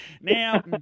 Now